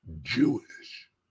Jewish